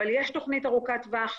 אבל יש תכנית ארוכת טווח,